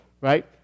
right